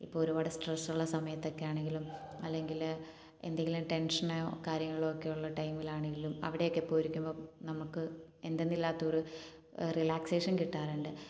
ഇപ്പോൾ ഒരുപാട് സ്ട്രെസ്സ് ഉള്ള സമയത്തൊക്കെ ആണെങ്കിലും അല്ലെങ്കില് എന്തെങ്കിലും ടെൻഷനോ കാര്യങ്ങളൊക്കെ ഉള്ള ടൈമിലാണെങ്കിലും അവിടെയൊക്കെ പോയിരിക്കുമ്പോൾ നമുക്ക് എന്തെന്നില്ലാത്ത ഒരു റിലാക്സേഷൻ കിട്ടാറുണ്ട്